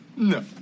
No